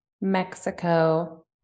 Mexico